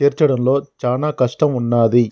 చేర్చడంలో చానా కష్టం ఉన్నాది